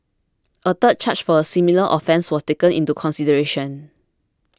a third charge for a similar offence was taken into consideration